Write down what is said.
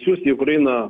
siųsti į ukrainą